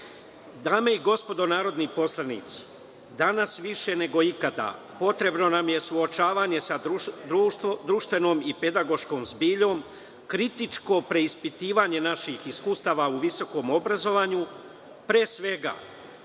i gospodo narodni poslanici danas više nego ikada potrebno nam je suočavanje sa društvenom i pedagoškom zbiljom, kritičko preispitivanje naših iskustava u visokom obrazovanju, pre svega,